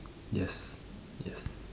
yes yes